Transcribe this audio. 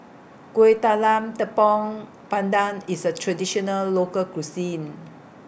Kueh Talam Tepong Pandan IS A Traditional Local Cuisine